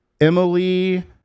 Emily